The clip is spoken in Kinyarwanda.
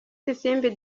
isimbi